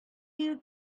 дию